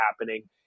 happening